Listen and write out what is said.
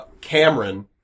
Cameron